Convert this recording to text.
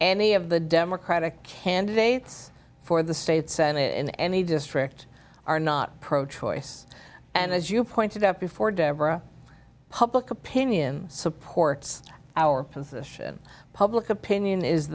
any of the democratic candidates for the state senate in any district are not pro choice and as you pointed out before deborah public opinion supports our position public opinion is